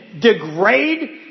degrade